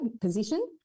position